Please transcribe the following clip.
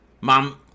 mom